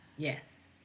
Yes